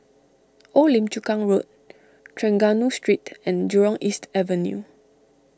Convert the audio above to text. Old Lim Chu Kang Road Trengganu Street and Jurong East Avenue